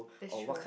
that's true